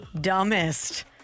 dumbest